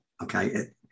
okay